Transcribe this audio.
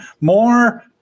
more